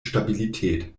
stabilität